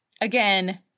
again